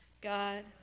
God